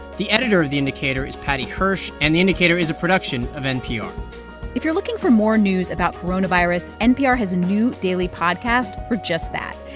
the editor of the indicator is paddy hirsch, and the indicator is a production of npr if you're looking for more news about coronavirus, npr has a new daily podcast for just that.